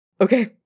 Okay